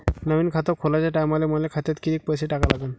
नवीन खात खोलाच्या टायमाले मले खात्यात कितीक पैसे टाका लागन?